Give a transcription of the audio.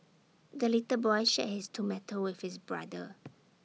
the little boy shared his tomato with his brother